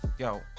Yo